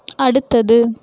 அடுத்தது